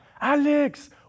Alex